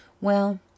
Well